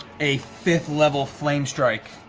a fifth level flame strike.